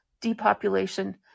depopulation